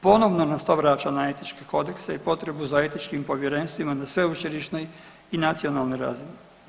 Ponovno nas to vraća na etičke kodekse i potrebu za etičkim povjerenstvima na sveučilišne i nacionalne razine.